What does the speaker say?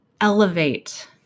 elevate